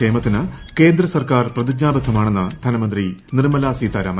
ക്ഷേമത്തിന് കേന്ദ്ര സർക്കാർ പ്രതിജ്ഞാബദ്ധമാണെന്ന് ധനമന്ത്രി നിർമ്മല സീതാരാമൻ